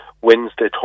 Wednesday